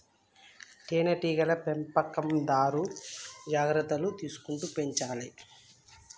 తేనె టీగల పెంపకందారు జాగ్రత్తలు తీసుకుంటూ పెంచాలే